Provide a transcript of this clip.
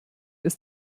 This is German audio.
ist